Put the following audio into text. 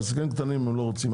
בעסקים קטנים לא רוצים.